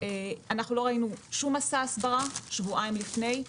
אנחנו לא ראינו שום מסע הסברה שבועיים לפני כן.